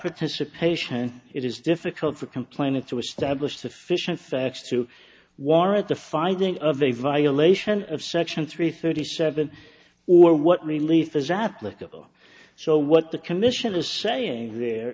participation it is difficult for complaining to establish sufficient facts to warrant the finding of a violation of section three thirty seven or what relief is applicable so what the commission is saying there